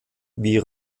wie